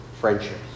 friendships